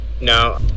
no